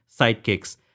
sidekicks